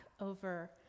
over